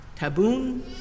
taboon